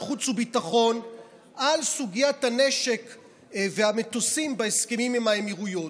החוץ והביטחון על סוגיית הנשק והמטוסים בהסכמים עם האמירויות.